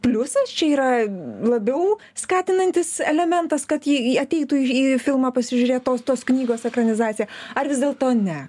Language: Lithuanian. pliusas čia yra labiau skatinantis elementas kad ji ateitų į filmą pasižiūrėti tos tos knygos ekranizaciją ar vis dėlto ne